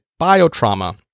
biotrauma